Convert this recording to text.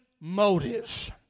motives